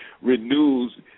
renews